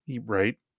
Right